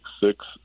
six